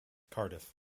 cardiff